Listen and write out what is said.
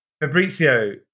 Fabrizio